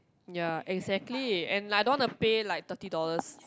ya exactly and I don't wanna pay like thirty dollars